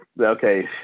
Okay